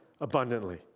abundantly